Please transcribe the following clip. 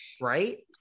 right